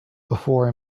before